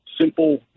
simple